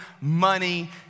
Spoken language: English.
money